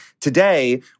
today